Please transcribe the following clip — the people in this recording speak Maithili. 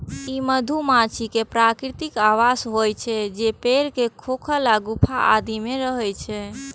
ई मधुमाछी के प्राकृतिक आवास होइ छै, जे पेड़ के खोखल या गुफा आदि मे रहै छै